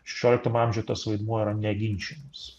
šešioliktam amžiuje tas vaidmuo yra neginčijamas